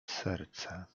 serce